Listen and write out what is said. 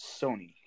Sony